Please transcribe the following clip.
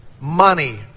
money